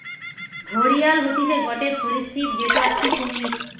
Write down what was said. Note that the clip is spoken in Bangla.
ঘড়িয়াল হতিছে গটে সরীসৃপ যেটো একটি কুমির